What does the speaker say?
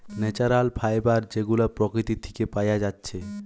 natural fibre যেগুলা প্রকৃতি থিকে পায়া যাচ্ছে